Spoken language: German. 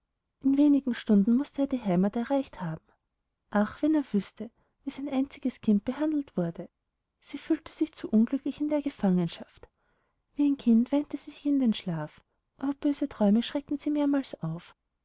in wenigen stunden mußte er die heimat erreicht haben ach wenn er wüßte wie sein einziges kind behandelt wurde sie fühlte sich zu unglücklich in der gefangenschaft wie ein kind weinte sie sich in den schlaf aber böse träume schreckten sie mehrmals auf